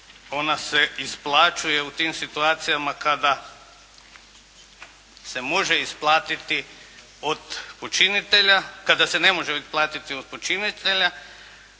ona se isplaćuje u tim situacijama kada se može isplatiti od počinitelja,